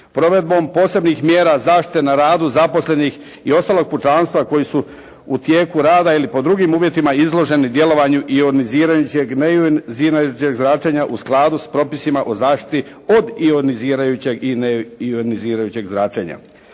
provedbom posebnih mjera zaštite na radu zaposlenih i ostalog pučanstva koji su u tijeku rada ili pod drugim uvjetima izloženi djelovanju ionizirajuće, neionizirajućeg zračenja u skladu s propisima o zaštiti od ionizirajućeg i neionizirajućeg zračenja.